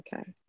Okay